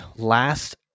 last